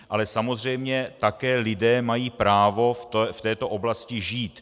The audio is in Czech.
Ale samozřejmě také lidé mají právo v této oblasti žít.